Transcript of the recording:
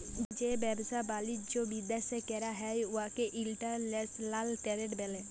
যে ব্যবসা বালিজ্য বিদ্যাশে ক্যরা হ্যয় উয়াকে ইলটারল্যাশলাল টেরেড ব্যলে